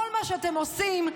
כל מה שאתם עושים,